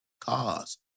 cars